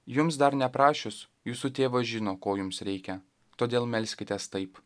jums dar neprašius jūsų tėvas žino ko jums reikia todėl melskitės taip